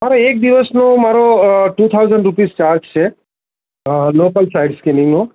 મારો એક દિવસનો મારો uh two thousand rupees charge છે લોકલ સાઇટ્સ સ્કિનિંગનો